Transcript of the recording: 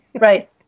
Right